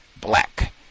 Black